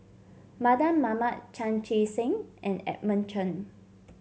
Mardan Mamat Chan Chee Seng and Edmund Chen